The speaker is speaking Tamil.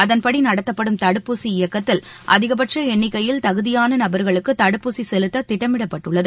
அதன்படி நடத்தப்படும் தடுப்பூசி இயக்கத்தில் அதிகபட்ச எண்ணிக்கையில் தகுதியான நபர்களுக்கு தடுப்பூசி செலுத்த திட்டமிடப்பட்டுள்ளது